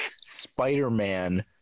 Spider-Man